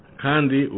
kandi